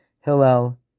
Hillel